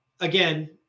again